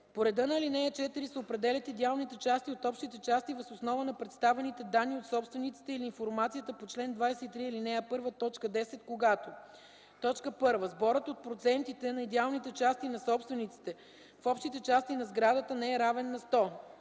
По реда на ал. 4 се определят идеалните части от общите части, въз основа на представените данни от собствениците или информацията по чл. 23, ал. 1, т. 10, когато: 1. сборът от процентите на идеалните части на собствениците в общите части на сградата, не е равен на 100;